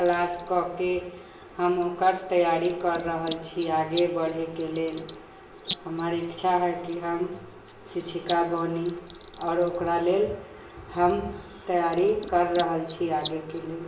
class कऽ कऽ हम ओकर तैआरी करि रहल छी आगे बढ़ैके लेल हमर इच्छा हइ कि हम शिक्षिका बनी आओर ओकरा लेल हम तैआरी करि रहल छी आगेके लेल